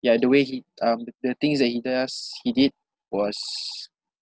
ya the way he um the the things that he does he did was